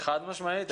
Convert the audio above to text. חד-משמעית.